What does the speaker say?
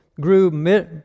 grew